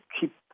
keep